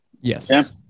Yes